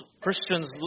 Christians